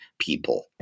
people